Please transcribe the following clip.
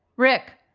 rick.